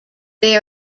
they